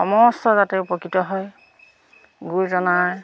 সমস্ত যাতে উপকৃত হয় গুৰুজনাৰ